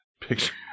picture